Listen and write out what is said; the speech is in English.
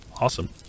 Awesome